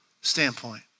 standpoint